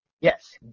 Yes